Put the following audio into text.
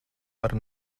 par